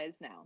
now